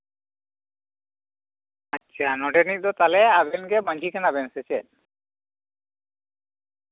ᱟᱪᱪᱷᱟ ᱱᱚᱰᱮᱱᱤᱡ ᱫᱚ ᱛᱟᱦᱞᱮ ᱟᱵᱤᱱᱜᱮ ᱢᱟᱺᱡᱷᱤ ᱠᱟᱱᱟᱵᱮᱱ ᱥᱮ ᱪᱮᱫ